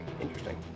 interesting